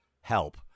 help